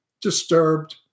disturbed